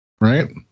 Right